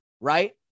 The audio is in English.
right